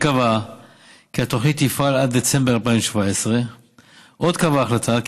שקבעה כי התוכנית תפעל עד דצמבר 2017. עוד קבעה ההחלטה כי